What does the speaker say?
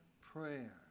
prayer